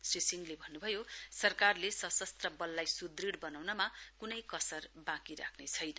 श्री सिंहले भन्नुभयो सरकारले सशस्त्र वललाई सुदृढ़ वनाउनमा कुनै कसर वाँकी राख्ने छैन